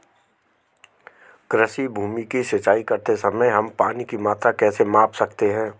किसी भूमि की सिंचाई करते समय हम पानी की मात्रा कैसे माप सकते हैं?